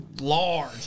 large